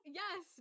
yes